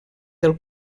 del